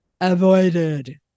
avoided